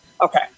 Okay